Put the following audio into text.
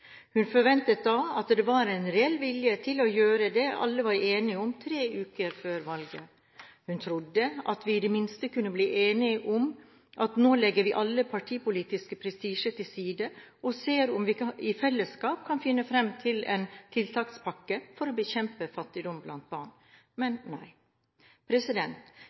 Hun forventet at det var en reell vilje til å gjøre det alle var enige om tre uker før valget. Hun trodde at vi i det minste kunne bli enige om å legge all partipolitisk prestisje til side, og se om vi i fellesskap kunne finne fram til en tiltakspakke for å bekjempe fattigdom blant barn – men nei.